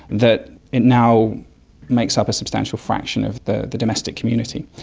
that it now makes up a substantial fraction of the the domestic community.